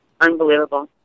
Unbelievable